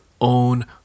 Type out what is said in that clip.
own